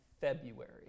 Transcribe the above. February